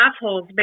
assholes